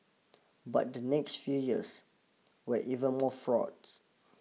but the next few years were even more fraught